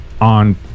on